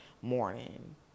morning